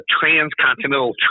transcontinental